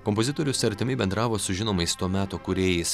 kompozitorius artimai bendravo su žinomais to meto kūrėjais